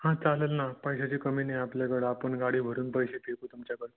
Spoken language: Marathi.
हां चालंल ना पैशाची कमी नाही आपल्याकडं आपण गाडी भरून पैसे फेकू तुमच्याकडं